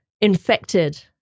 infected